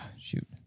shoot